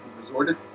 resorted